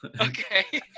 Okay